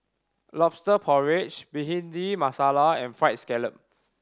Lobster Porridge Bhindi Masala and Fried Scallop